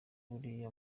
buriya